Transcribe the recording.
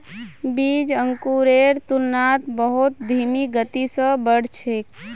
बीज अंकुरेर तुलनात बहुत धीमी गति स बढ़ छेक